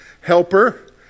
helper